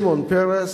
שמעון פרס,